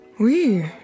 Oui